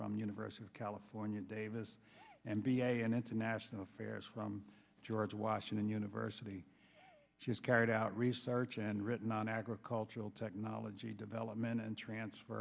the university of california davis and b a and international affairs from george washington university just carried out research and written on agricultural technology development and transfer